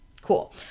cool